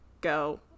go